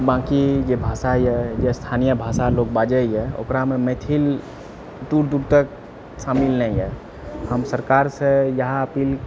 बाँकि जे भाषा यऽ जे स्थानीय भाषा लोक बाजैए ओकरामे मैथिल दूर दूर तक शामिल नहि यऽ हम सरकारसे इएह अपील